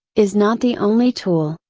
is not the only tool,